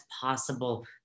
possible